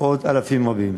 עוד אלפים רבים.